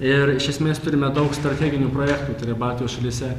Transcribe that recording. ir iš esmės turime daug strateginių projektų baltijos šalyse